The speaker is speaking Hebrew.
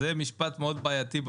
זה משפט מאוד בעייתי.